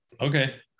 okay